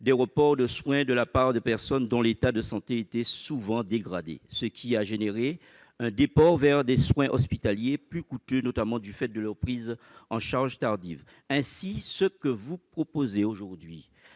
des reports de soins de la part de personnes dont l'état de santé était souvent dégradé. Il en est résulté un déport vers des soins hospitaliers plus coûteux, notamment du fait d'une prise en charge tardive. Monsieur le rapporteur